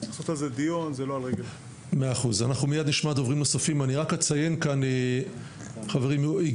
צריך לעשות על זה דיון, זה לא על רגל אחת.